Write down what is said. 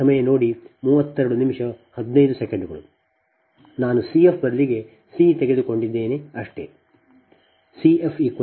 ನಾನು C F ಬದಲಿಗೆ C ತೆಗೆದುಕೊಂಡಿದ್ದೇನೆ ಅಷ್ಟೆ